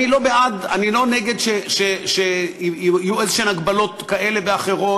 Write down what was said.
אני לא נגד הגבלות כאלה ואחרות,